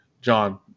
John